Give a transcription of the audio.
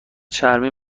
چرمی